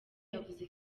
yavuze